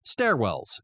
stairwells